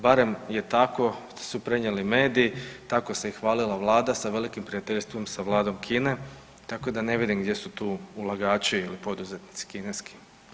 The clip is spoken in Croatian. Barem je tako, su prenijeli mediji, tako se i hvalila Vlada sa velikim prijateljstvom sa Vladom Kine, tako da ne vidim gdje su tu ulagači ili poduzetnici kineski.